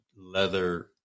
leather